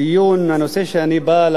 הנושא שאני בא להציג,